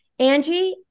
Angie